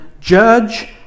judge